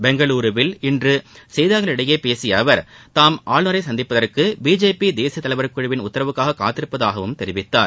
பெங்களுருவில் இன்று செய்தியாளர்களிடம் பேசிய அவர் தாம் ஆளுநரை சந்திப்பதற்கு பிஜேபி தேசிய தலைவர் குழுவின் உத்தரவுக்காக காத்திருப்பதாகவும் தெரிவித்தார்